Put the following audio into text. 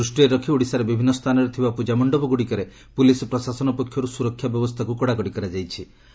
ଏହାକୁ ଦୃଷ୍ଟିରେ ରଖି ଓଡ଼ିଶାର ବିଭିନ୍ନ ସ୍ଥାନରେ ଥିବା ପୂଜା ମଣ୍ଡପଗୁଡ଼ିକରେ ପୁଲିସ ପ୍ରଶାସନ ପକ୍ଷରୁ ସୁରକ୍ଷା ବ୍ୟବସ୍ଥାକୁ କଡ଼ାକଡ଼ି କରାଯାଇଛି